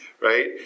right